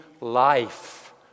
life